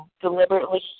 deliberately